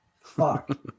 Fuck